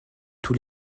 tous